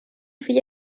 fill